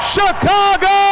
Chicago